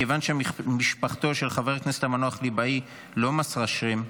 מכיוון שמשפחתו של חבר הכנסת המנוח ליבאי לא מסרה שם,